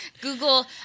Google